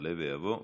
יעלה ויבוא וישיב.